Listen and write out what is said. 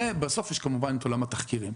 בסוף כמובן יש את עולם התחקירים.